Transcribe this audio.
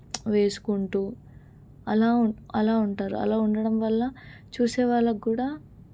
వేసుకుంటూ అలా ఉం అలా ఉంటారు అలా ఉండడం వల్ల చూసే వాళ్ళకు కూడా